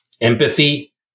Empathy